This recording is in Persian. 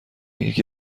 یکی